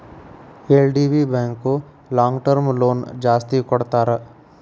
LDB bank long term loan ಜಾಸ್ತಿ ಕೊಡ್ತಾರ